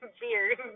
beard